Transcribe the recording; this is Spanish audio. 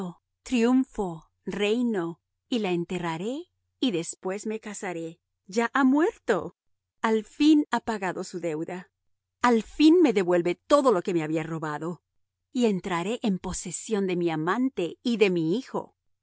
triunfo reino y la enterraré y después me casaré ya ha muerto al fin ha pagado su deuda al fin me devuelve todo lo que me había robado y entraré en posesión de mi amante y de mi hijo